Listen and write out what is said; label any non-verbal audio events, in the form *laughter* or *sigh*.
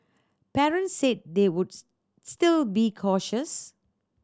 parents said they would *unintelligible* still be cautious